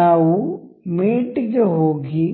ನಾವು ಮೇಟ್ ಗೆ ಹೋಗಿ